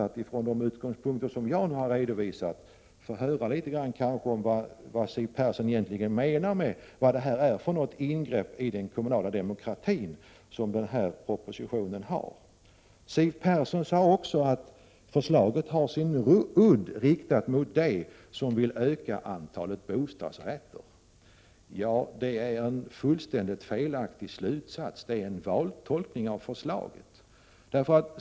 Det vore intressant att få höra litet grand om vad Siw Persson egentligen menar att det skulle vara för ingrepp i den kommunala demokratin som den här propositionen innebär. Siw Persson sade också att förslaget har sin udd riktad mot dem som vill öka antalet bostadsrätter. Det är en fullständigt felaktig slutsats, det är en vantolkning av förslaget.